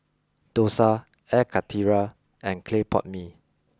Dosa Air Karthira and Clay Pot Mee